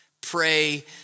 Pray